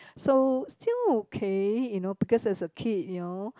so still okay you know because as a kid you know